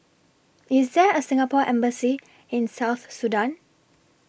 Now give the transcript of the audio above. IS There A Singapore Embassy in South Sudan